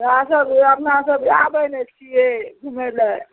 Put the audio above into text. तऽ अहाँसभ अपनासभ आबै नहि छिए घुमैलए